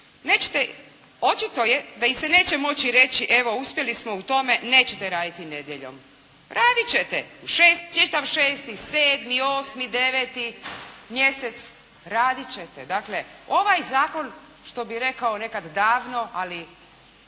nećete, očito je da ih se neće moći reći evo, uspjeli smo u tome, nećete raditi nedjeljom. Radit ćete čitav šesti, sedmi, osmi, deveti mjesec. Radit ćete. Dakle, ovaj zakon što bi rekao nekad davno ali